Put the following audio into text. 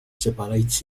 separates